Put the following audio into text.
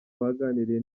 baganiriye